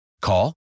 Call